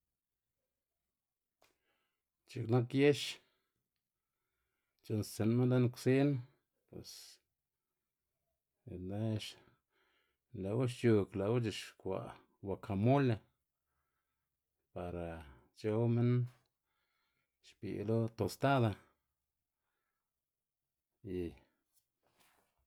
C̲h̲iꞌk nak yex, c̲h̲u'nnstsinma lën ksin bos lë'wu xc̲h̲ug lë'wu c̲h̲uxkwa' guakamole, para c̲h̲ow minn xbi'lu tostada y.